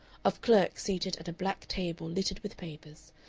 of clerks seated at a black table littered with papers,